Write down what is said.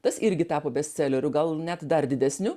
tas irgi tapo bestseleriu gal net dar didesniu